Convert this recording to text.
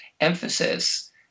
emphasis